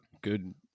good